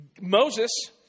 Moses